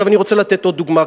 עכשיו אני רוצה לתת עוד דוגמה.